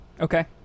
Okay